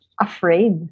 afraid